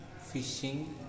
fishing